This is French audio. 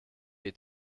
est